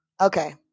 Okay